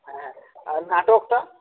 হ্যাঁ আর নাটকটা